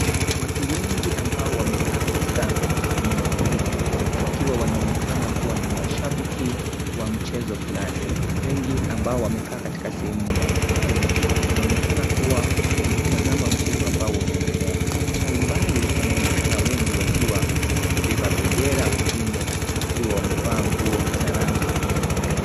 Watu wengi ambao wamekaa katika eneo hili, wakiwa wanaonekana kuwa ni mashabiki wa mchezo fulani. Wengi ambao wamekaa katika sehemu mbalimbali, wanaonekana kuwa wametazama mchezo ambao unaendelea. Kwa umbali, wanaonekana wengi wakiwa wamebeba bendera, wengine wakiwa wamevaa nguo za rangi nyekundu.